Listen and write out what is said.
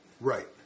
Right